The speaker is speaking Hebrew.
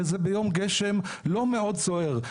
וזה ביום גשם לא מאוד סוער,